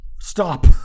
stop